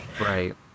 Right